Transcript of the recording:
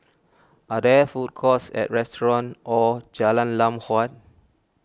are there food courts and restaurants or Jalan Lam Huat